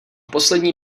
poslední